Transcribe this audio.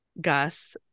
gus